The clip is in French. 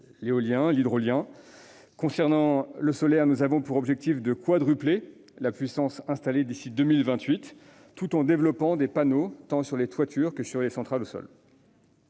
l'éolien et l'hydrolien. Concernant le solaire, nous avons pour objectif de quadrupler la puissance installée d'ici à 2028, tout en développant des panneaux tant sur les toitures que par des centrales au sol.